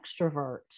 extrovert